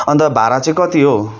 अन्त भाडा चाहिँ कति हो